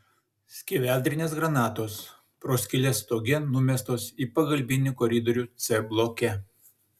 skeveldrinės granatos pro skyles stoge numestos į pagalbinį koridorių c bloke